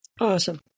awesome